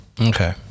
Okay